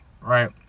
right